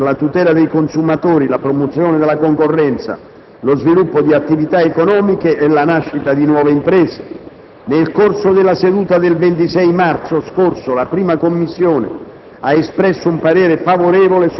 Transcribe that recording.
recante misure urgenti per la tutela dei consumatori, la promozione della concorrenza, lo sviluppo di attività economiche e la nascita di nuove imprese». Nel corso della seduta del 26 marzo scorso la 1a Commissione